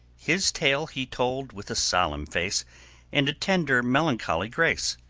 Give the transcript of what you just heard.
his tale he told with a solemn face and a tender, melancholy grace.